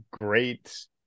great